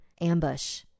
ambush